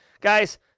Guys